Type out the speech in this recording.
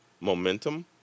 momentum